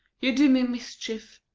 you do me mischief.